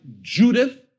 Judith